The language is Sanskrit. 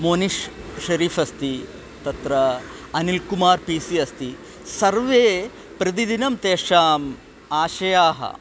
मोनिशशरीफ़् अस्ति तत्र अनिलकुमारः पी सि अस्ति सर्वे प्रतिदिनं तेषाम् आशयाः